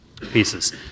pieces